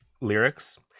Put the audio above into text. lyrics